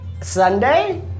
Sunday